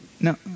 No